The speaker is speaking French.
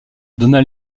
donna